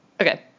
Okay